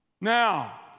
Now